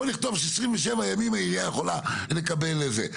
בואו נכתוב ש-27 ימים העירייה יכולה לקבל את זה.